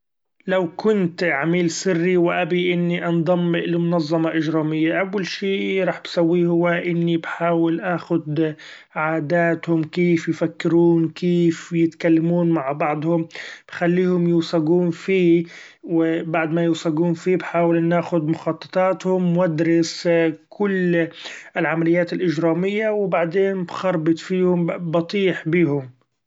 لو كنت عميل سري وأبي إني أنضم لمنظمة اچرامية، أول شي راح بسويه هو إني بحأول اخد عاداتهم كيف يفكرون؟ كيف يتكلمون مع بعضهم ؟ بخليهم يوثقون فيي وبعد ما يوثقون فيي بحأول إني اخد مخططاتهم وادرس كل العمليات الاچرامية وبعدين بخربط فيهم بطيح بيهم.